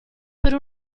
per